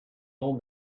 old